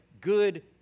Good